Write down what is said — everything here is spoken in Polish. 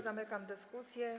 Zamykam dyskusję.